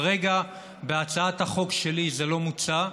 כרגע בהצעת החוק שלי זה לא מוצע,